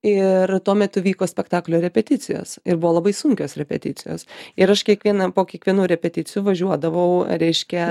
ir tuo metu vyko spektaklio repeticijos ir buvo labai sunkios repeticijos ir aš kiekvieną po kiekvienų repeticijų važiuodavau reiškia